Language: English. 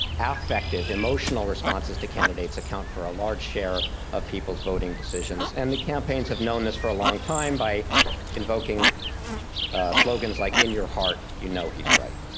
affective, emotional responses to candidates account for a large share of people's voting decisions. and the campaigns have known this for a long time by invoking slogans like, in your heart, you know he's right.